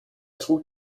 trug